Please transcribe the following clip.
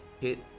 hit